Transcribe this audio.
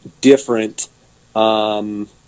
different